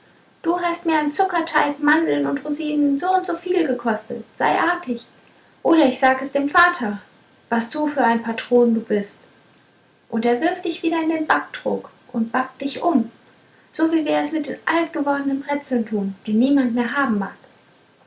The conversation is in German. du hast mir an zuckerteig mandeln und rosinen soundso viel gekostet sei artig oder ich sage es dem vater was für ein patron du bist und er wirft dich wieder in den backtrog und backt dich um so wie wir es mit den altgewordnen brezeln tun die niemand mehr haben mag